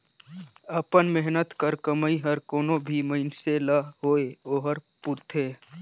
अपन मेहनत कर कमई हर कोनो भी मइनसे ल होए ओहर पूरथे